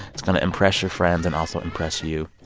it's going to impress your friends and also impress you.